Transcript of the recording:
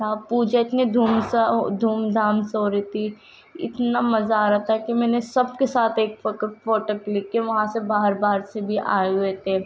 ہاں پوجا اتنے دھوم سا دھوم دھام سے ہو رہی تھی اتنا مزہ آ رہا تھا کہ میں نے سب کے ساتھ ایک فوٹو فوٹو کلک کیا وہاں سے باہر باہر سے بھی آئے ہوئے تھے